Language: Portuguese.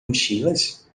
mochilas